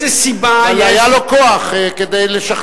היה לו כוח כדי לשכנע.